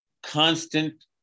Constant